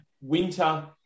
winter